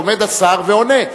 שעומד השר ועונה,